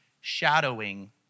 shadowing